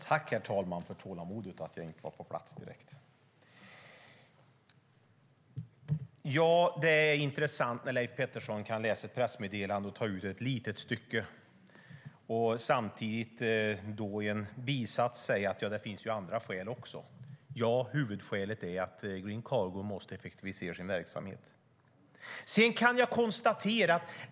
Herr talman! Leif Pettersson tar ut ett litet stycke ur ett pressmeddelande men säger sedan i en bimening att det ju finns andra skäl också. Huvudskälet är faktiskt att Green Cargo måste effektivisera sin verksamhet.